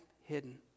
hidden